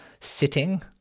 sitting